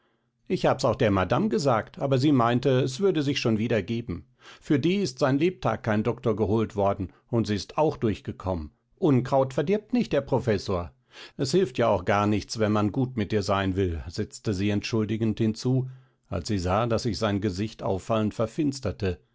ich hab's auch der madame gesagt aber sie meinte es würde sich schon wieder geben für die ist sein lebtag kein doktor geholt worden und sie ist auch durchgekommen unkraut verdirbt nicht herr professor es hilft ja auch gar nichts wenn man gut mit ihr sein will setzte sie entschuldigend hinzu als sie sah daß sich sein gesicht auffallend verfinsterte